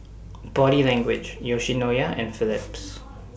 Body Language Yoshinoya and Phillips